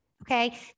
Okay